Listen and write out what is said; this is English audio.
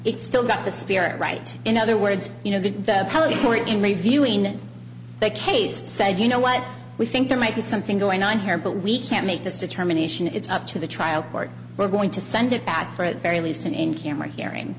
it still got the spirit right in other words you know the appellate court in reviewing that they case said you know what we think there might be something going on here but we can't make this determination it's up to the trial court we're going to send it back for at very least in camera hearing